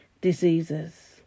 diseases